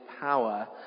power